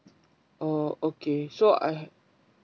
oh okay so I have